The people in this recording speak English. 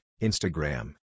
Instagram